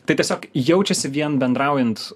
tai tiesiog jaučiasi vien bendraujant